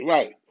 Right